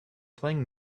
playing